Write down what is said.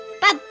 bye